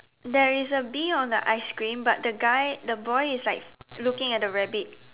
there is a bee on the ice cream but the guy the boy is like looking at the rabbit